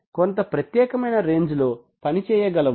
కొంత ప్రత్యేకమైన రేంజ్ లో పని చేయగలవు